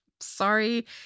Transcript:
Sorry